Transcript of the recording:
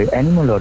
animal